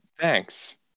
Thanks